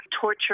torture